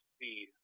see